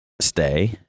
stay